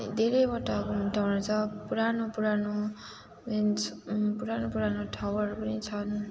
धेरैवटा छ पुरानो पुरानो मिन्स पुरानो पुरानो ठाउँहरू पनि छन्